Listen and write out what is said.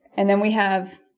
and then we have